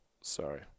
sorry